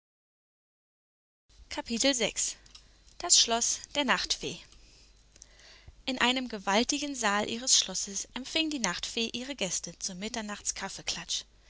das schloß der nachtfee in einem gewaltigen saal ihres schlosses empfing die nachtfee ihre gäste zum